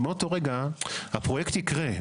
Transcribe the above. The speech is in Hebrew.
מאותו רגע הפרויקט יקרה.